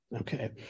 okay